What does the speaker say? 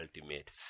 ultimate